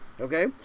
Okay